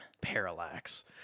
Parallax